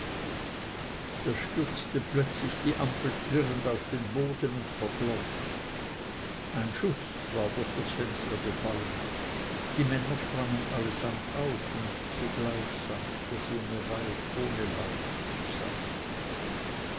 da stürzte plötzlich die ampel klirrend auf den boden und verglomm ein schuß war durch das fenster gefallen die männer sprangen allesamt auf und zugleich sank das junge weib ohne laut zusammen